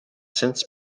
since